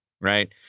Right